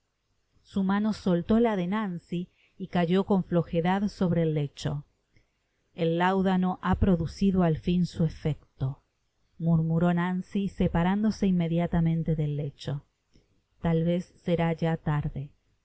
su mano soltó la de nancy y cayó con flojedad sobre el lecho el láudano ha producido al fin su efecto murmuró nancy separándose inmediatamente del lecho tal vez será ya larde